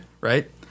Right